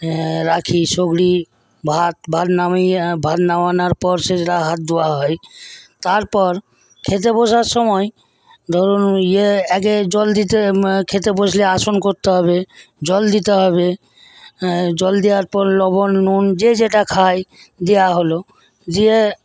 রাখি সবজি ভাত নামিয়ে ভাত নামানোর পর সেই হাত ধোওয়া হয় তারপর খেতে বসার সময় ধরুন ইয়ে জল দিয়ে খেতে বসলে আসন করতে হবে জল দিতে হবে জল দেওয়ার পর লবন নুন যে যেটা খায় দেওয়া হলো দিয়ে